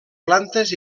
plantes